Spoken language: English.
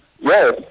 Yes